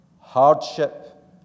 hardship